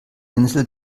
insel